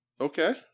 okay